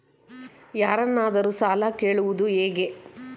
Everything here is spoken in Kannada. ಯಾರನ್ನಾದರೂ ಸಾಲ ಕೇಳುವುದು ಹೇಗೆ?